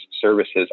services